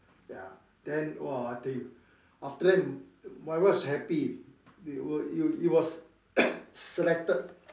ya then !wah! I tell you after that my wife so happy it was it was selected